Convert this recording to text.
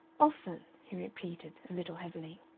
often, he repeated, a little heavily.